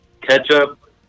ketchup